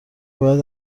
باید